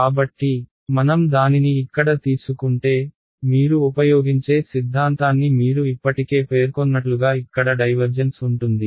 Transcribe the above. కాబట్టి మనం దానిని ఇక్కడ తీసుకుంటే మీరు ఉపయోగించే సిద్ధాంతాన్ని మీరు ఇప్పటికే పేర్కొన్నట్లుగా ఇక్కడ డైవర్జెన్స్ ఉంటుంది